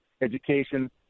education